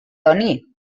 honi